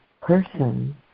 person